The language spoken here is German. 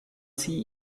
sie